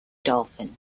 dolphin